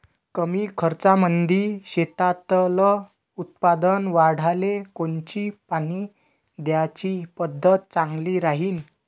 कमी खर्चामंदी शेतातलं उत्पादन वाढाले कोनची पानी द्याची पद्धत चांगली राहीन?